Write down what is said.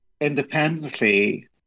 independently